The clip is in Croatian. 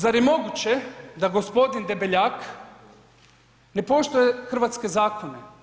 Zar je moguće da g. Debeljak ne poštuje hrvatske zakone?